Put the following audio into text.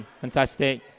fantastic